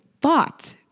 thought